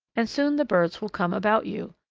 and soon the birds will come about you,